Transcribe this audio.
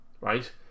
right